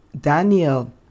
daniel